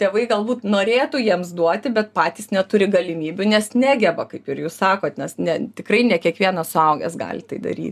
tėvai galbūt norėtų jiems duoti bet patys neturi galimybių nes negeba kaip ir jūs sakot nes ne tikrai ne kiekvienas suaugęs gali tai daryt